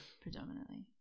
predominantly